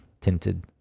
tinted